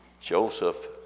Joseph